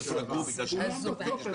ב-3,000, ב-5,000, משהו כזה.